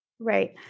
Right